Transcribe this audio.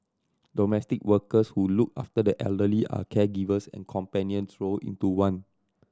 domestic workers who look after the elderly are caregivers and companions roll into one